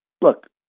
look